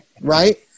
Right